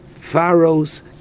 Pharaoh's